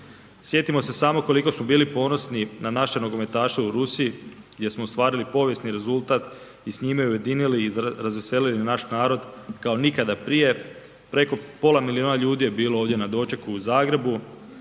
Sjetimo se samo koliko smo bili ponosni na naše nogometaše u Rusiji gdje smo ostvarili povijesni rezultat i s njima ujedinili i razveselili naš narod kao nikada prije. Preko pola milijuna ljudi je bilo ovdje na dočeku u Zagrebu